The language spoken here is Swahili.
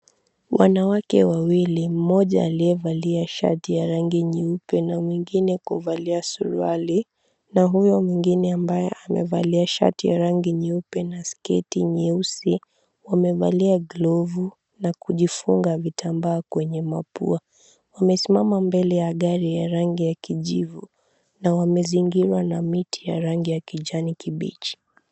Wanawake wawili, mmoja alievalia shati ya rangi nyeupe na mwingine kuvalia suruali, na huyo mwingine ambaye amevalia shati ya rangi nyeupe na sketi nyeusi. Wamevalia glovu na kujifunga vitambaa kwenye mapua. Wamesimama mbele ya gari ya rangi ya kijivu na wamezingirwa na miti ya rangi ya kijani kibichi.